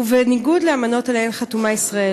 ובניגוד לאמנות שעליהן חתומה ישראל.